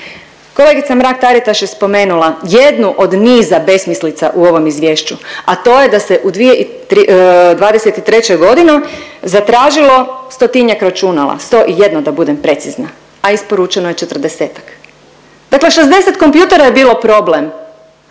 Kolegica Mrak-Taritaš je spomenula jednu od niza besmislica u ovom izvješću, a to je da se u 2023. godini zatražilo stotinjak računala, 101 da budem precizna, a isporučeno je četrdesetak. Dakle, 60 kompjutera je bilo problem.